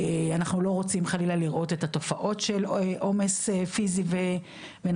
אנחנו לא רוצים חלילה לראות את התופעות של עומס פיזי ונפשי,